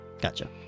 Gotcha